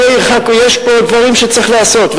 עניי עירך, יש פה דברים שצריך לעשות.